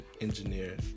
engineer